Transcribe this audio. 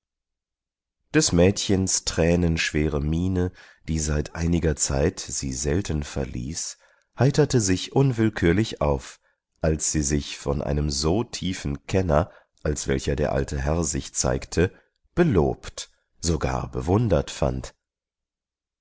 des mädchens tränenschwere miene die seit einiger zeit sie selten verließ heiterte sich unwillkürlich auf als sie sich von einem so tiefen kenner als welcher der alte herr sich zeigte belobt sogar bewundert fand